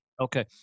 Okay